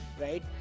Right